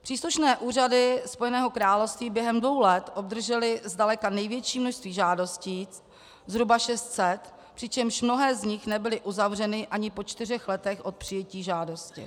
Příslušné úřady Spojeného království během dvou let obdržely zdaleka největší množství žádostí, zhruba 600, přičemž mnohé z nich nebyly uzavřeny ani po čtyřech letech od přijetí žádosti.